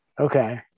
okay